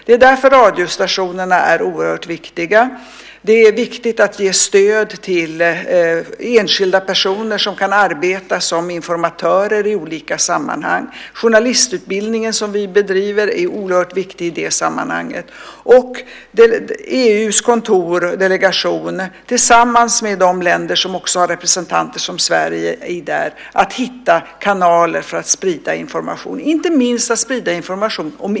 Därför är radiostationerna oerhört viktiga. Det är också viktigt att ge stöd till enskilda personer som i olika sammanhang kan arbeta som informatörer. I det sammanhanget är den journalistutbildning som vi bedriver oerhört viktig. Detsamma gäller EU:s kontor, delegation, som drivs tillsammans med de länder som liksom Sverige har representanter där. Det gäller att hitta kanaler för att sprida information, inte minst för att sprida information om EU.